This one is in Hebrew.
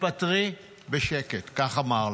תתפטרי בשקט, כך אמר לה.